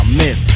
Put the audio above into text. miss